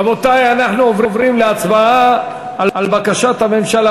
רבותי אנחנו עוברים להצבעה על בקשת הממשלה